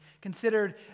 considered